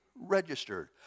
registered